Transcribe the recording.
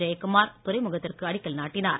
ஜெயக்குமார் துறைமுகத்திற்கு அடிக்கல் நாட்டினார்